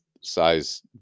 size